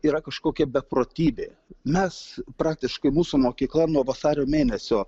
yra kažkokia beprotybė mes praktiškai mūsų mokykla nuo vasario mėnesio